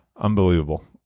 Unbelievable